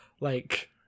Like-